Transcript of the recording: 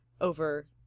over